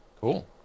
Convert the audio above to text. cool